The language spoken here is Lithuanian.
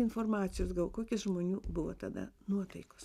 informacijos gal kokie žmonių buvo tada nuotaikos